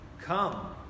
Come